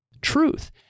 truth